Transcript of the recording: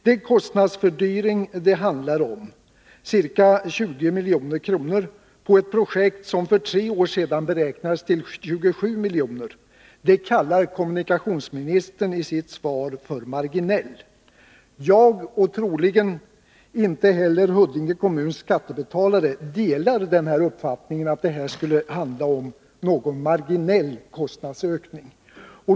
Den kostnadsfördyring det handlar om — ca 20 milj.kr. för ett projekt som för tre år sedan beräknades till 27 milj.kr. — kallar kommunikationsministern i sitt svar för marginell. Jag delar inte uppfattningen — och troligen inte heller Huddinge kommuns skattebetalare — att det handlar om en marginell kostnadsökning.